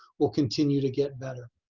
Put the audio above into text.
will continue to get better.